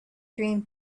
dream